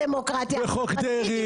תוססת מדהימה ולכן אתה צריך את חוק המתנות